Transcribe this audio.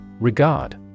Regard